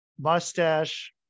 mustache